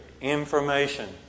Information